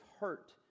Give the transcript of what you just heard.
hurt